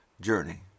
journey